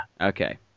Okay